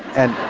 and